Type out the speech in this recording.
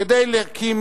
כדי להקים